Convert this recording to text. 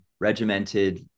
regimented